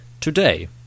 Today